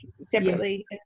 separately